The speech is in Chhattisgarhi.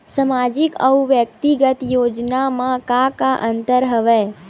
सामाजिक अउ व्यक्तिगत योजना म का का अंतर हवय?